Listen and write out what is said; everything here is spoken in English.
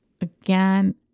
Again